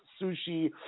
sushi